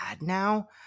now